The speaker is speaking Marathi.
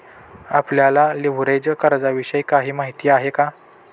आपल्याला लिव्हरेज कर्जाविषयी काही माहिती आहे का?